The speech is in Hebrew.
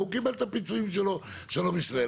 הוא קיבל את הפיצויים שלו, שלום על ישראל.